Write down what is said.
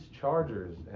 chargers